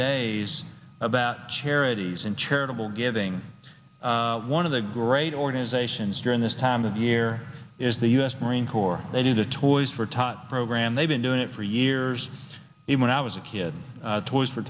days about charities and charitable giving one of the great organizations during this time of year is the u s marine corps they do the toys for tots program they've been doing it for years it when i was a kid toys for